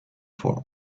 for